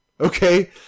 Okay